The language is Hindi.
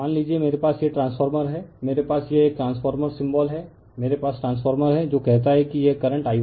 मान लीजिए मेरे पास यह ट्रांसफार्मर है मेरे पास यह एक ट्रांसफॉर्मर सिंबल है मेरे पास ट्रांसफॉर्मर है जो कहता है कि यह करंट I1 है